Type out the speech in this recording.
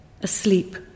asleep